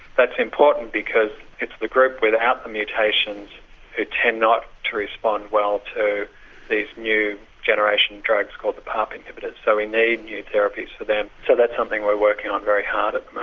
that's important because it's the group without the mutations who ah tend not to respond well to these new generation drugs called the parp inhibitors, so we need new therapies for them, so that's something we're working on very hard at